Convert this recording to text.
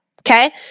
okay